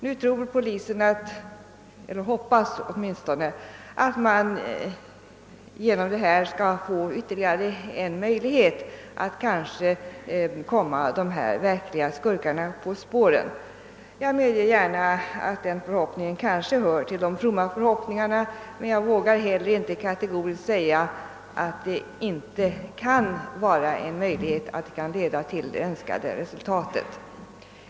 Nu tror eller åtminstone hoppas polisen att man genom telefonavlyssningen skall få ytterligare en möjlighet att komma de verkliga skurkarna på spåren. Jag medger gärna att den förhoppningen kanske hör till de fromma, men jag vågar ändå inte kategoriskt säga att telefonavlyssning inte kan visa sig vara en möjlighet att nå det önskade resultatet.